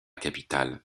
capitale